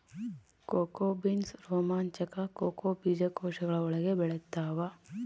cocoa beans ರೋಮಾಂಚಕ cocoa ಬೀಜಕೋಶಗಳ ಒಳಗೆ ಬೆಳೆತ್ತವ